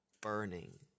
burning